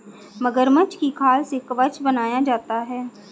मगरमच्छ की खाल से कवच बनाया जाता है